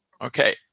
Okay